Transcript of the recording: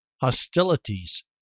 hostilities